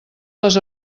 les